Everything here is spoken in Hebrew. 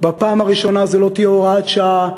בפעם הראשונה זה לא יהיה הוראת שעה,